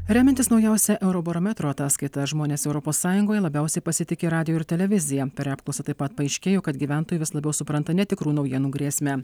remiantis naujausia eurobarometro ataskaita žmonės europos sąjungoje labiausiai pasitiki radiju ir televizija per apklausą taip pat paaiškėjo kad gyventojai vis labiau supranta netikrų naujienų grėsmę